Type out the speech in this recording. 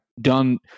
done